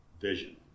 vision